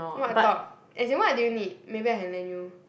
what top as in what do you need maybe I can lend you